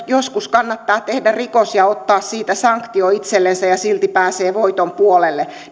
joskus kannattaa tehdä rikos ja ottaa siitä sanktio itsellensä ja silti pääsee voiton puolelle